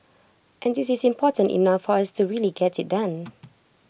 and this is important enough for us to really get IT done